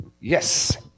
Yes